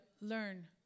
learn